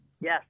Yes